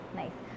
nice